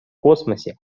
космосе